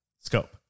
scope